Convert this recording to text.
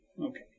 Okay